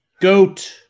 Goat